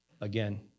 again